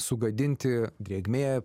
sugadinti drėgmė